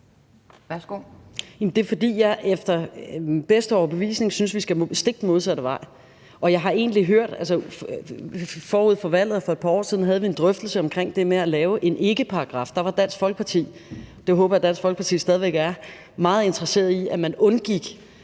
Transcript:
Det er, fordi jeg efter min bedste overbevisning synes, at vi skal den stik modsatte vej. Forud for valget og for et par år siden havde vi drøftelse om det at lave en ikkeparagraf. Der var Dansk Folkeparti, og det håber jeg at Dansk Folkeparti stadig er, meget interesseret i, at man i